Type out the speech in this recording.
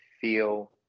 feel